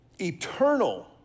eternal